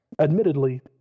admittedly